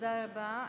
תודה רבה,